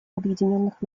объединенных